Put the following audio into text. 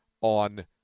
on